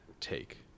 take